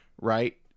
right